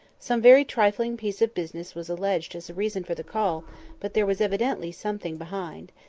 some very trifling piece of business was alleged as a reason for the call but there was evidently something behind.